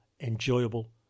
enjoyable